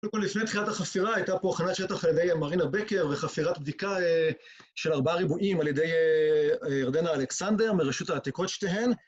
קודם כל לפני תחילת החפירה הייתה פה הכנת שטח על ידי מרינה בקר, וחפירת בדיקה של ארבעה ריבועים על ידי ירדנה אלכסנדר, מראשות העתיקות שתיהן.